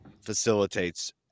facilitates